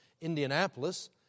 Indianapolis